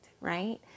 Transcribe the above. right